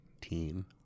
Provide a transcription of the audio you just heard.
team